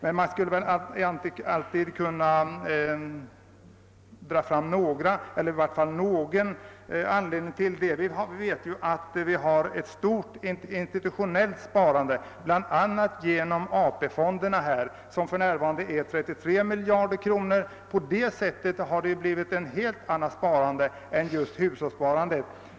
En förklaring är att vi har ett stort institutionellt sparande, bl.a. genom AP-fonderna som för närvarande är på 33 miljarder. På det sättet har det blivit ett helt annat sparande än hushållssparandet.